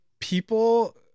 people